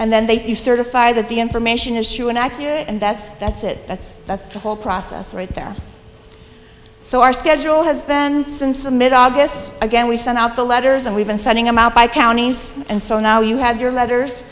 and then they say you certify that the information is true and accurate and that's that's it that's that's the whole process right there so our schedule has been since the mid august again we sent out the letters and we've been sending them out by counties and so now you have your letters